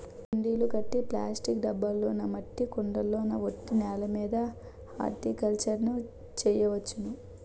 కుండీలు కట్టి ప్లాస్టిక్ డబ్బాల్లోనా మట్టి కొండల్లోన ఒట్టి నేలమీద హార్టికల్చర్ ను చెయ్యొచ్చును